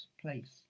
place